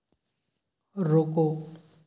रोको